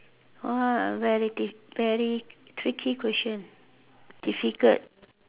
!wah! very diff~ very tricky question difficult